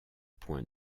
points